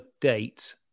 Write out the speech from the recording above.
date